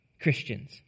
Christians